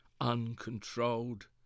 uncontrolled